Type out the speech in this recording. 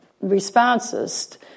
responses